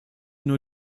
nur